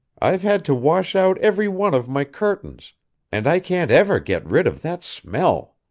i've had to wash out every one of my curtains and i can't ever get rid of that smell.